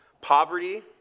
poverty